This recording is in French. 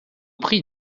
prie